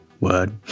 word